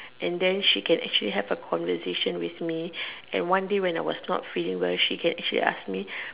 and then she can actually have a conversation with me and one day when I was actually not feeling well she can actually ask me